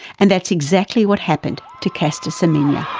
and that's exactly what happened to caster semenya.